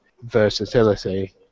versatility